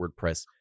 WordPress